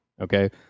Okay